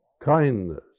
kindness